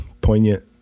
poignant